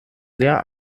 sehr